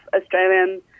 Australian